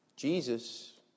Jesus